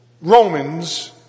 Romans